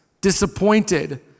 disappointed